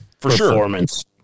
performance